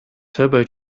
turbo